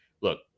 look